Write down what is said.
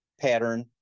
pattern